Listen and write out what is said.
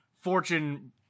Fortune